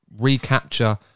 recapture